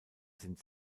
sind